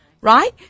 right